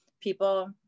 people